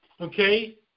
Okay